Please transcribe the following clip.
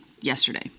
yesterday